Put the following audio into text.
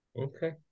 Okay